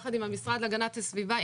יחד עם המשרד להגנת הסביבה,